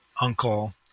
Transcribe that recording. uncle